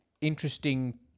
interesting